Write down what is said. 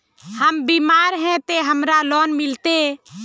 हम बीमार है ते हमरा लोन मिलते?